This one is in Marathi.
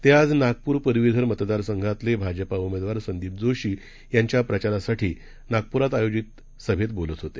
ते आज नागपूर पदवीधर मतदार संघातले भाजपाचे उमेदवार संदीप जोशी यांच्या प्रचारासाठी नागप्रात आयोजित सभेत बोलत होते